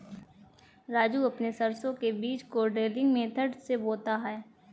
राजू अपने सरसों के बीज को ड्रिलिंग मेथड से बोता है